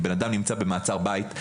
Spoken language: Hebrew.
אם בן אדם נמצא במעצר בית,